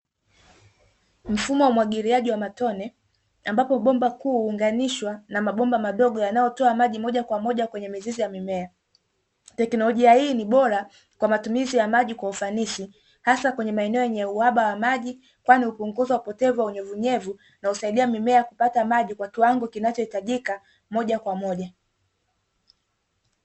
Mfumo wa umwagiliaji wa matone ambapo bomba kuu huunganishwa na mabomba madogo yanayotoa maji moja kwenye mizizi ya mimea. Teknolojia hii ni bora kwa matumizi ya maji kwa ufanisi hasa kwenye maeneo yenye uhaba wa maji, kwani hupunguza upotevu wa unyevuunyevu na husaidia mimea kupata maji kwa kiwango kinachohitajika moja kwa moja.